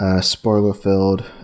spoiler-filled